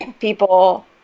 people